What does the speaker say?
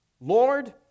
Lord